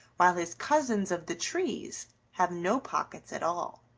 while his cousins of the trees have no pockets at all.